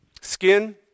Skin